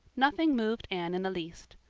nothing moved anne in the least.